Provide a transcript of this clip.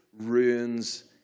ruins